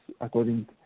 according